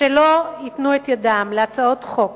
שלא ייתנו את ידם להצעות חוק